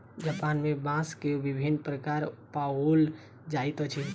Japan में बांस के विभिन्न प्रकार पाओल जाइत अछि